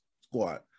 squad